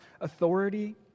authority